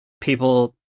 people